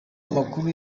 amakuru